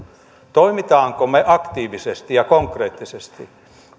toimimmeko me aktiivisesti ja konkreettisesti